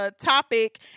Topic